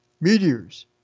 Meteors